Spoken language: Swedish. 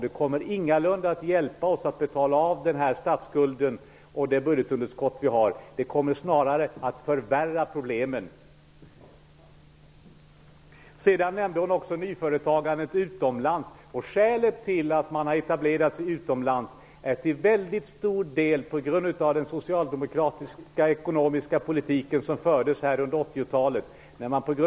Det kommer ingalunda att hjälpa oss att betala den statsskuld och det budgetunderskott som vi har -- snarare förvärrar det problemen. Kristina Persson nämnde också nyföretagandet utomlands. Orsaken till att man har etablerat sig utomlands är till väldigt stor del den socialdemokratiska ekonomiska politiken som fördes här under 80-talet.